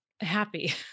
happy